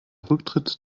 rücktritt